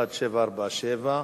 1747,